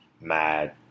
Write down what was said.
mad